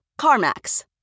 CarMax